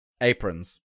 Aprons